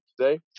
today